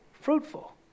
fruitful